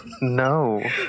No